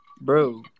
Bro